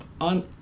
on